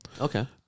Okay